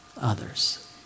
others